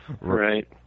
Right